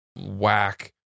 whack